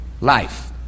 life